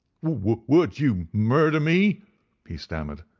would would you murder me he stammered.